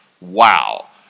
Wow